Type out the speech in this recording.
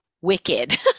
Wicked